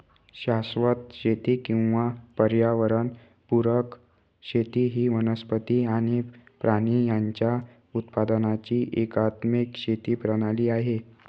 शाश्वत शेती किंवा पर्यावरण पुरक शेती ही वनस्पती आणि प्राणी यांच्या उत्पादनाची एकात्मिक शेती प्रणाली आहे